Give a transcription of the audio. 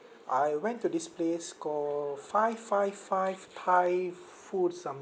I went to this place call five five five thai food something